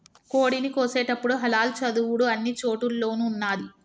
కోడిని కోసేటపుడు హలాల్ చదువుడు అన్ని చోటుల్లోనూ ఉన్నాది